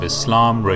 Islam